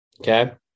Okay